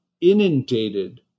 inundated